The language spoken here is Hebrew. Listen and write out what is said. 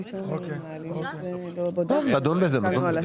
טוב, נדון בזה.